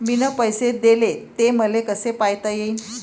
मिन पैसे देले, ते मले कसे पायता येईन?